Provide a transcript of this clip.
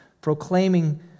proclaiming